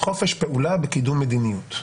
"חופש פעולה בקידום מדיניות.